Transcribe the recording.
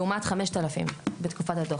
לעומת 5000 בתקופת הדו"ח,